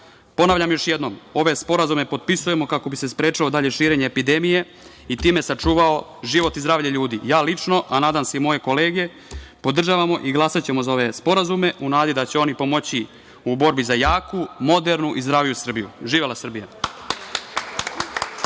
Ponavljam još jednom, ove sporazume potpisujemo kako bi se sprečilo dalje širenje epidemije i time sačuvao život i zdravlje ljudi. Ja lično, a nadam se i moje kolege podržavamo i glasaćemo za ove sporazume u nadi da će oni pomoći u borbi za jaku, modernu i zdraviju Srbiju. Živela Srbija.